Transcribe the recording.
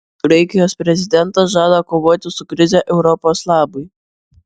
graikijos prezidentas žada kovoti su krize europos labui